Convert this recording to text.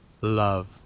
Love